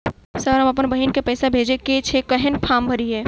Sir हम अप्पन बहिन केँ पैसा भेजय केँ छै कहैन फार्म भरीय?